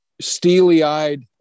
steely-eyed